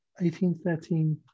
1813